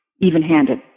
even-handed